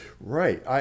Right